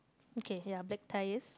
okay ya black ties